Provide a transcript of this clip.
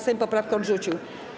Sejm poprawkę odrzucił.